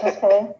Okay